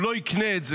הוא לא יקנה את זה,